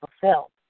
fulfilled